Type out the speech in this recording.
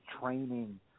training –